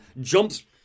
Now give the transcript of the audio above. jumps